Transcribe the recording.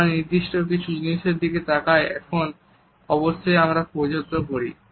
আমরা নির্দিষ্ট কিছু জিনিসের দিকে তাকাই আর এখন অবশ্যই আমরা পছন্দ করি